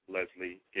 Leslie